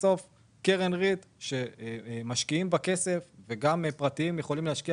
המשקיעים בקרן ריט - גם פרטיים יכולים להשקיע